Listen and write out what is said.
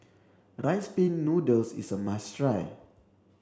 rice pin noodles is a must try